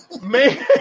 man